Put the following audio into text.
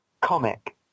comic